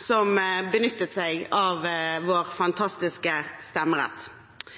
som benyttet seg av vår